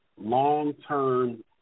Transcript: long-term